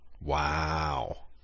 Wow